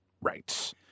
Right